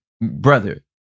brother